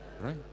Right